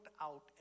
out